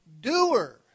Doer